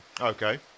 Okay